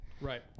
Right